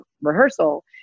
rehearsal